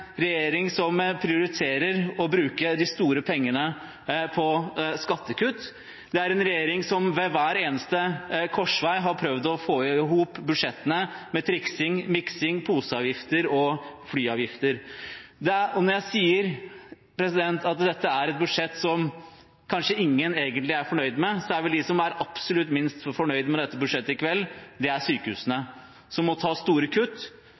regjering som prioriterer å bruke de store pengene på skattekutt. Det er en regjering som ved hver eneste korsvei har prøvd å få i hop budsjettene med triksing, miksing, poseavgifter og flyavgifter. Når jeg sier at dette er et budsjett som kanskje ingen egentlig er fornøyd med, så er vel de som er absolutt minst fornøyd med dette budsjettet i kveld, sykehusene, som må ta store kutt.